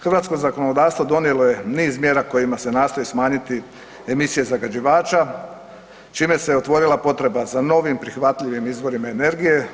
Hrvatsko zakonodavstvo donijelo je niz mjera kojima se nastoji smanjiti emisije zagađivača čime se otvorila potreba za novim prihvatljivim izvorima energije.